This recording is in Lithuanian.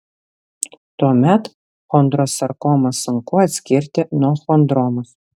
tuomet chondrosarkomą sunku atskirti nuo chondromos